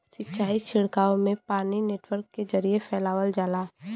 सिंचाई छिड़काव में पानी नेटवर्क के जरिये फैलावल जाला